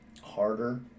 harder